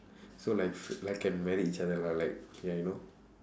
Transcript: so like like can marry each other lah like ya you know